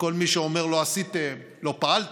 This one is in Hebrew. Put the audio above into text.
לכל מי שאומר: לא עשיתם, לא פעלתם,